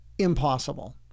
Impossible